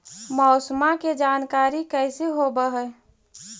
मौसमा के जानकारी कैसे होब है?